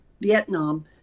Vietnam